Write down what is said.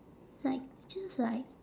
it's like just like